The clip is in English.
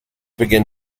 began